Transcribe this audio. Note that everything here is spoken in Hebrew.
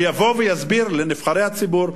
שיבוא ויסביר לנבחרי הציבור,